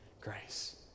grace